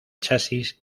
chasis